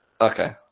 Okay